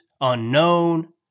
unknown